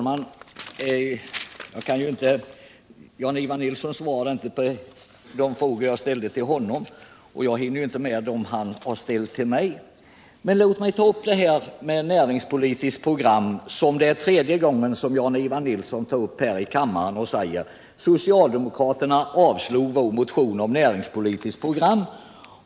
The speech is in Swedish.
Herr talman! Jan-Ivan Nilsson svarade inte på de frågor jag ställde till honom, och jag hinner ju inte med dem han ställde till mig. Men låt mig ta upp det här näringspolitiska programmet. För tredje gången berör Jan-Ivan Nilsson denna fråga i kammaren och han säger: Socialdemokraterna avslog vår motion om ett näringspolitiskt program.